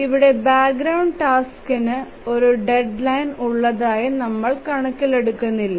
ഇവിടെ ബാക്ക്ഗ്രൌണ്ട് ടാസ്കിനു ഒരു ഡെഡ്ലൈൻ ഉള്ളതായി നമ്മൾ കണക്കിലെടുക്കുന്നില്ല